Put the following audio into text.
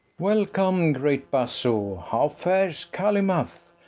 welcome, great basso how fares calymath?